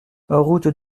route